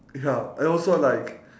ya and also like